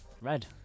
Red